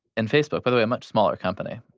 and facebook, by the way, a much smaller company,